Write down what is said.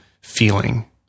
feeling